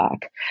back